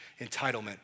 entitlement